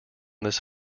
this